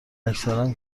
اکثرا